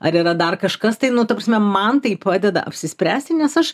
ar yra dar kažkas tai nu ta prasme man tai padeda apsispręsti nes aš